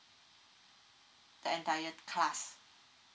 the entire class